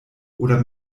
oder